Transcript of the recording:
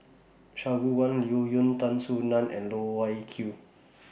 Shangguan Liuyun Tan Soo NAN and Loh Wai Kiew